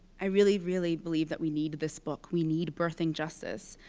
i really, really believe that we need this book. we need birthing justice.